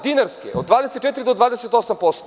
Dinarske kamate, 24% do 28%